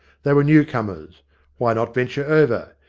they were newcomers why not venture over?